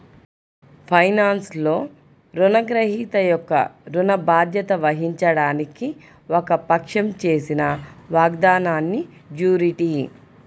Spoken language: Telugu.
ఫైనాన్స్లో, రుణగ్రహీత యొక్క ఋణ బాధ్యత వహించడానికి ఒక పక్షం చేసిన వాగ్దానాన్నిజ్యూరిటీ